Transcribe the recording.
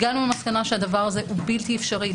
הגענו למסקנה שהדבר הזה הוא בלתי אפשרי,